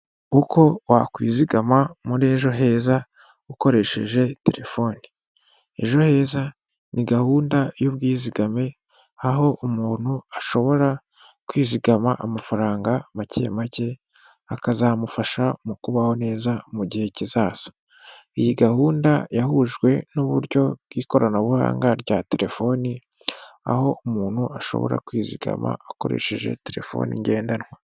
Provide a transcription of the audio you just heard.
Uko wakwizigama muri ejo heza ukoresheje telefoni, ejo heza ni gahunda y'ubwizigame, aho umuntu ashobora kwizigama amafaranga make make, akazamufasha mu kubaho neza mu gihe kizaza. Iyi gahunda yahujwe n'uburyo bw'ikoranabuhanga rya telefoni, aho umuntu ashobora kwizigama akoresheje telefoni ngendanwa.